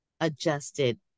adjusted